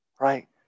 right